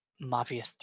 mafia